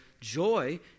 joy